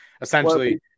Essentially